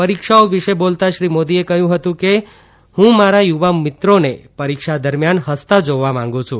પરીક્ષાઓ વિશે બોલતા શ્રી મોદીએ કહ્યું હતું કે હું મારા યુવા મિત્રોને પરીક્ષા દરમિયાન હસતા જોવા માંગુ છું